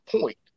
point